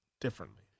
differently